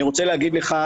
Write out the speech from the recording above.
אני רוצה להגיד לך,